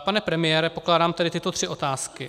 Pane premiére, pokládám tedy tyto tři otázky: